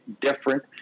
different